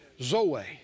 zoe